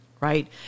right